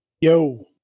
Yo